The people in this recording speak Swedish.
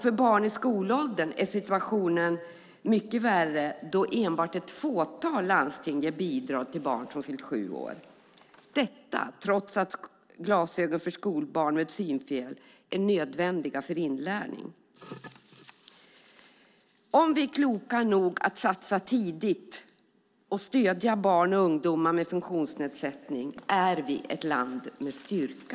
För barn i skolåldern är situationen mycket värre då enbart ett fåtal landsting ger bidrag till barn som fyllt sju år, detta trots att glasögon för skolbarn med synfel är nödvändiga för inlärning. Om vi är kloka nog att satsa tidigt och stödja barn och ungdomar med funktionsnedsättning är vi ett land med styrka.